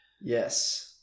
Yes